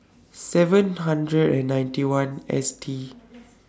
seven hundred and ninety one S T